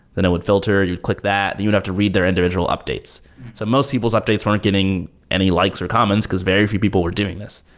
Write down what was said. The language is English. then it would filter. you'd click that and you would have to read their individual updates. so most people's updates weren't getting any likes or comments, because very few people were doing this.